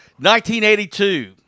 1982